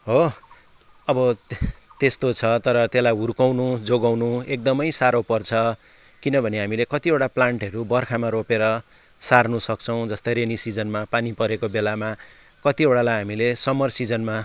हो अब त्यस्तो छ तर त्यसलाई हुर्काउनु जोगाउनु एकदमै साह्रो पर्छ किनभने हामीले कतिवटा प्लान्टहरू बर्खामा रोपेर सार्नुसक्छौँ जस्तै रेनी सिजनमा पानी परेको बेलामा कतिवटालाई हामीले समर सिजनमा